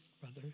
brother